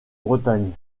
bretagne